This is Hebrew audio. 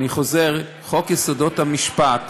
אני חוזר: חוק יסודות המשפט,